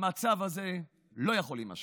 המצב הזה לא יכול להימשך,